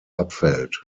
abfällt